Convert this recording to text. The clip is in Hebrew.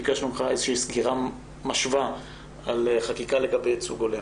ביקשנו ממך איזושהי סקירה משווה על חקיקה לגבי ייצוג הולם.